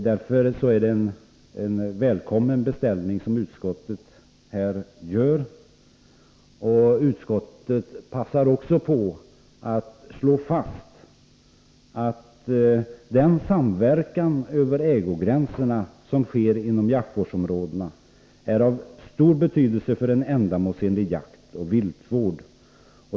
Därför är det en välkommen beställning som utskottet här gör. Utskottet passar också på att slå fast att den samverkan över ägogränserna som sker inom jaktvårdsområdena är av stor betydelse för en ändamålsenlig jaktoch viltvård.